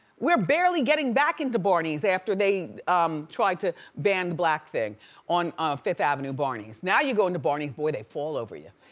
we're barely getting back into barneys after they um tried to ban the black thing on fifth avenues barneys. now you go into barneys boy, they fall over you.